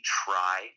try